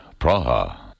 Praha